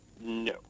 No